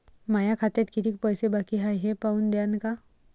माया खात्यात कितीक पैसे बाकी हाय हे पाहून द्यान का?